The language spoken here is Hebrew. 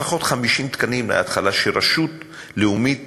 לפחות 50 תקנים, בהתחלה, לרשות לאומית